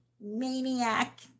maniac